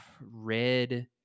Red